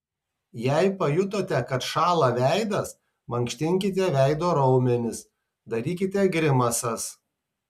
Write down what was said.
jei pajutote kad šąla veidas mankštinkite veido raumenis darykite grimasas